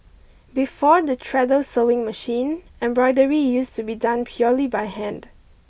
before the treadle sewing machine embroidery used to be done purely by hand